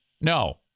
no